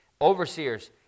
overseers